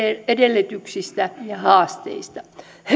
edellytyksistä ja haasteista nyt